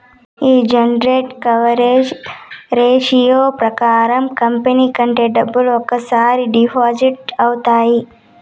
ఈ interest coverage ratio ప్రకారం company కట్టే డబ్బులు ఒక్కసారి డిఫాల్ట్ అవుతాయి